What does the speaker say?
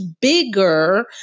bigger